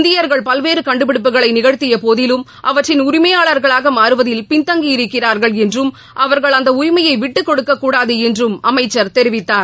இந்தியர்கள் பல்வேறு கண்டுபிடிப்புகளை நிகழ்த்தியபோதிலும் அவற்றின் உரிமையாளர்களாக மாறுவதில் பின்தங்கியிருக்கிறார்கள் என்றும் அவாகள் அந்த உரிமையை விட்டுக் கொடுக்கக்கூடாது என்றும் அமைச்சர் தெரிவித்தார்